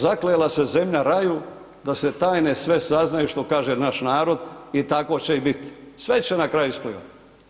Zaklela se zemlja raju da se tajne sve saznaju što kaže naš narod i tako će i biti, sve će na kraju isplivati.